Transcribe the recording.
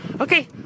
Okay